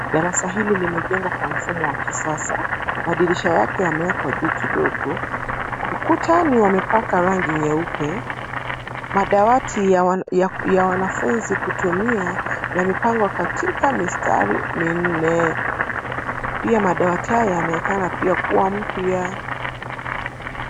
Darasa hili limejengwa kwa mfumo wa kisasa. Madirisha yake yamewekwa juu kidogo . Ukutani wamepaka rangi nyeupe . Madawati ya wanafunzi kutumia yamepangwa katika mistari minne. Pia madawati haya yanaonekana kuwa mpya.